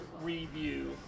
review